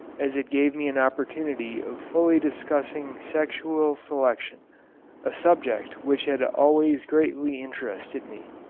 as it gave me an opportunity of fully discussing sexual selection a subject which had always greatly interested me.